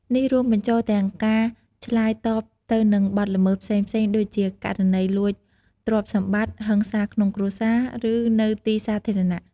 នេះរួមបញ្ចូលទាំងការឆ្លើយតបទៅនឹងបទល្មើសផ្សេងៗដូចជាករណីលួចទ្រព្យសម្បត្តិ ហិង្សាក្នុងគ្រួសារ ឬនៅទីសាធារណៈ។